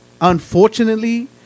unfortunately